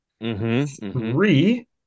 Three